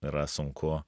yra sunku